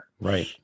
Right